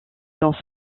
dans